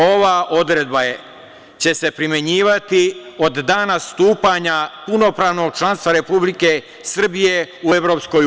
Ova odredba će se primenjivati od dana stupanja punopravnog članstva Republike Srbije u EU.